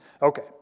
Okay